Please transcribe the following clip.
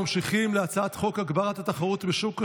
אני קובע כי הצעת חוק הקרימינולוגים השיקומיים,